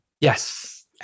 yes